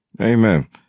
Amen